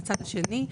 מהצד השני,